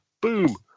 Boom